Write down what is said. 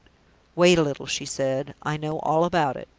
wait a little, she said i know all about it.